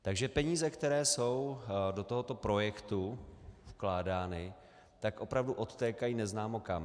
Takže peníze, které jsou do tohoto projektu vkládány, opravdu odtékají neznámo kam.